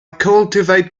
cultivate